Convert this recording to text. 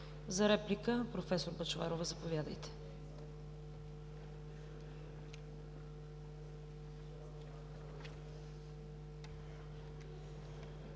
За реплика – професор Бъчварова, заповядайте.